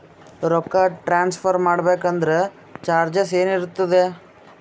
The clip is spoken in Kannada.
ರೊಕ್ಕ ಟ್ರಾನ್ಸ್ಫರ್ ಮಾಡಬೇಕೆಂದರೆ ಚಾರ್ಜಸ್ ಏನೇನಿರುತ್ತದೆ?